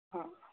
हा